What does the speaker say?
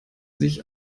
sich